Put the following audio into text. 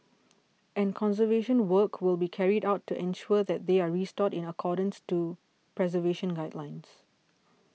and conservation work will be carried out to ensure that they are restored in accordance to preservation guidelines